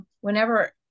whenever